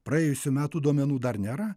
praėjusių metų duomenų dar nėra